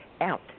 out